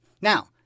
Now